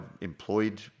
employed